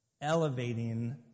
elevating